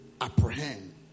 apprehend